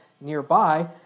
nearby